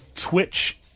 Twitch